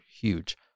huge